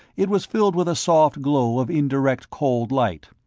it was filled with the soft glow of indirect cold light.